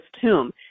tomb